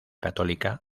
católica